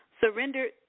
surrendered